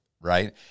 right